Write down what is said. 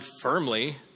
firmly